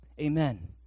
Amen